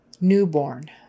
Newborn